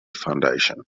foundation